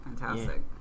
Fantastic